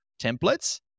templates